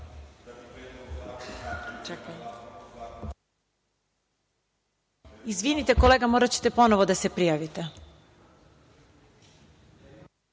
Izvinite kolega, moraćete ponovo da se prijavite,